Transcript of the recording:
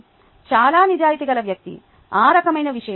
చాలా నిజాయితీగల వ్యక్తి ఆ రకమైన విషయం